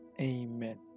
Amen